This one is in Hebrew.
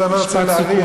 כי אני לא רוצה להאריך,